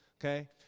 Okay